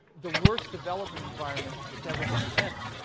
the worst development environment that's ever been invented.